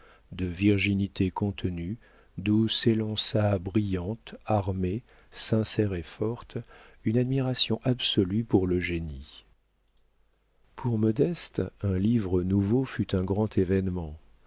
de virginité contenue d'où s'élança brillante armée sincère et forte une admiration absolue pour le génie pour modeste un livre nouveau fut un grand événement